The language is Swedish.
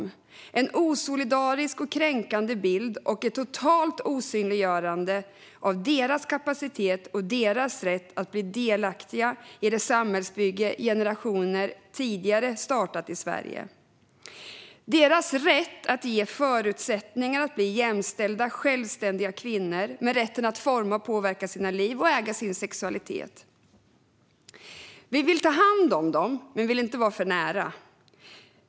Det är en osolidarisk och kränkande bild och ett totalt osynliggörande av deras kapacitet och deras rätt att bli delaktiga i det samhällsbygge tidigare generationer startat i Sverige. Det handlar om deras rätt att få förutsättningar att bli jämställda, självständiga kvinnor med rätten att forma och påverka sina liv och äga sin sexualitet. Vi vill ta hand om dem, men vi vill inte vara för nära.